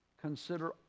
consider